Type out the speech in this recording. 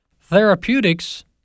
therapeutics